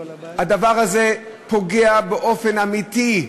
הדבר הזה פוגע באופן אמיתי,